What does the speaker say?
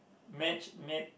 match made